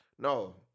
No